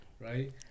Right